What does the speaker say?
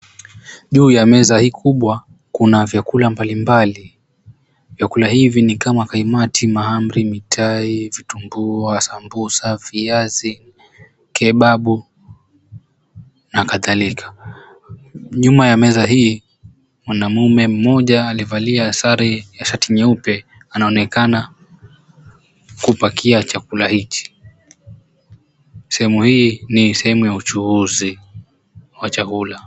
Juu ya meza hii kubwa Kuna vyakula mbalimbali vyakula hivi ni kama kaimati, mahamri, mitai, vitumbua, sambusa, viazi, kebabu na kadhalika. Nyuma ya meza hili mwanaume mmoja aliyevalia sare la shati nyeupe anaonekana kupakia chakula hichi. Sehemu hii ni sehemu ya uchuuzi wa chakula.